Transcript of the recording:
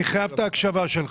אני חייב את ההקשבה שלך.